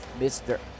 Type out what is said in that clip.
Mr